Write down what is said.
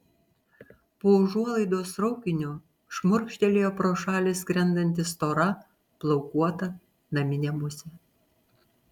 po užuolaidos raukiniu šmurkštelėjo pro šalį skrendanti stora plaukuota naminė musė